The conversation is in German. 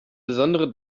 besondere